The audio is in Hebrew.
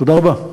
תודה רבה.